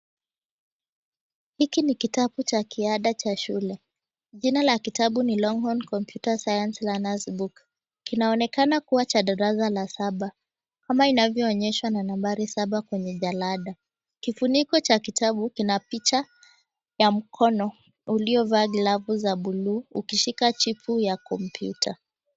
Hiki ni kitabu cha kiada cha shule. Jina la kitabu ni Longhorn Computer Science Learners Book. Kinaonekana kuwa cha darasa la saba kama inavyoonyeshwa na nambari saba kwenye jalada. Kifuniko cha kitabu kina picha ya mkono uliovaa glavu za buluu ukishika chipu ya kompyuta.